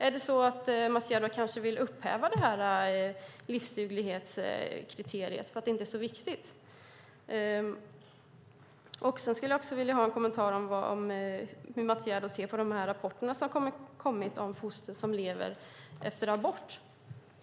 Vill Mats Gerdau kanske upphäva det här livsduglighetskriteriet för att det inte är så viktigt? Jag skulle också vilja ha en kommentar om hur Mats Gerdau ser på de rapporter som har kommit om foster som lever efter abort.